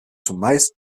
zumeist